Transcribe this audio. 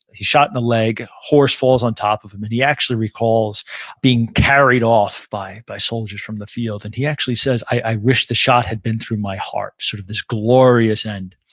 shot in the leg, horse falls on top of him, and he actually recalls being carried off by by soldiers from the field. and he actually says, i wish the shot had been through my heart, sort of this glorious end